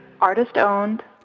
Artist-owned